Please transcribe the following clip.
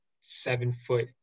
seven-foot